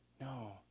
No